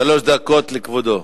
שלוש דקות לכבודו.